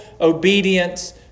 obedience